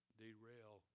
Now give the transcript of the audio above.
derail